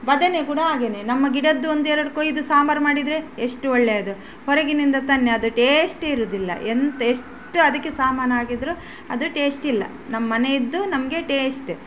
ಬದನೆ ಕೂಡ ಹಾಗೆಯೇ ನಮ್ಮ ಗಿಡದ್ದು ಒಂದು ಎರಡು ಕೊಯ್ದು ಸಾಂಬಾರು ಮಾಡಿದರೆ ಎಷ್ಟು ಒಳ್ಳೆಯದು ಹೊರಗಿನಿಂದ ತನ್ನಿ ಅದು ಟೇಶ್ಟ್ ಇರುವುದಿಲ್ಲ ಎಂತ ಎಷ್ಟು ಅದಕ್ಕೆ ಸಾಮಾನು ಹಾಕಿದರೂ ಅದು ಟೇಶ್ಟ್ ಇಲ್ಲ ನಮ್ಮನೆಯದ್ದು ನಮಗೆ ಟೇಶ್ಟ್